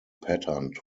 patterned